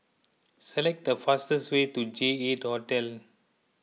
select the fastest way to J eight Hotel